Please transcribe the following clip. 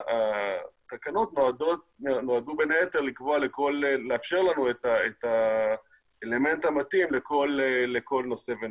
התקנות נועדו בין היתר לאפשר לנו את האלמנט המתאים לכל נושא ונושא.